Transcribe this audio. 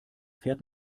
fährt